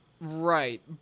Right